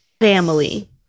family